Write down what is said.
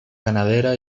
ganadera